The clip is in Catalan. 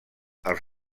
els